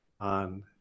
on